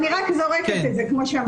וכרגע,